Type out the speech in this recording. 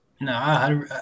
No